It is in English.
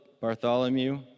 Bartholomew